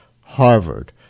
Harvard